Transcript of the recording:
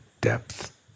depth